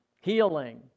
healing